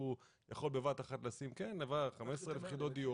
שהוא יכול בבת-אחת לשים 15,000 חידות דיור